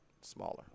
smaller